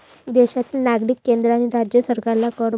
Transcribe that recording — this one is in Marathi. देशातील नागरिक केंद्र आणि राज्य सरकारला कर भरतात